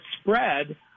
spread